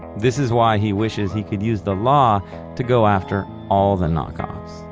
this is why he wishes he could use the law to go after all the knockoffs,